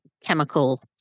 chemical